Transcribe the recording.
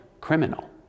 criminal